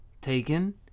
Taken